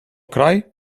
kraj